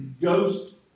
ghost